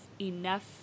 enough